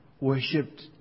worshipped